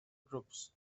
groups